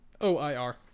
O-I-R